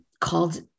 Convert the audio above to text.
called